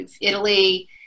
Italy